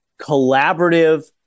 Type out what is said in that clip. collaborative